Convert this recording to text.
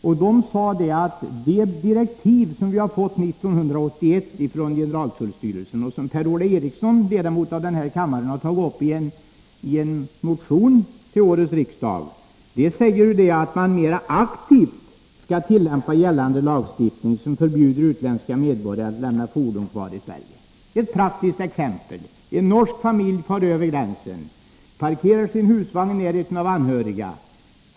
Från tullens sida sade man att det i de direktiv som man fick 1981 från generaltullstyrelsen — och som Per-Ola Eriksson, ledamot av den här kammaren, har tagit upp i en motion till årets riksmöte — sägs att gällande lagstiftning, vilken förbjuder utländska medborgare att lämna fordon kvar i Sverige, skall tillämpas mer aktivt. Ett praktiskt exempel: En norsk familj far över gränsen och parkerar sin husvagn i närheten av anhöriga.